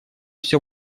все